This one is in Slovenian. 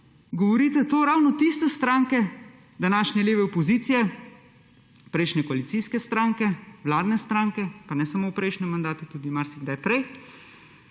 govorite to ravno tiste stranke današnje leve opozicije, prejšnje koalicijske stranke, vladne stranke, pa ne samo v prejšnjem mandatu tudi marsikdaj prej,